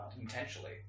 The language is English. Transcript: intentionally